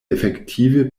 efektive